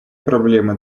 проблемы